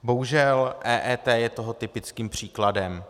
Bohužel EET je toho typickým příkladem.